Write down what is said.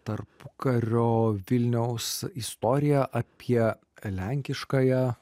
tarpukario vilniaus istoriją apie lenkiškąją